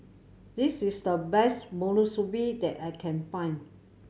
this is the best Monsunabe that I can find